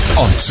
on